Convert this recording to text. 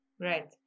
right